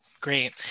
great